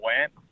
went